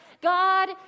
God